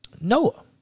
Noah